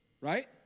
right